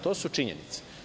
To su činjenice.